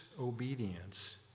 obedience